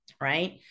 right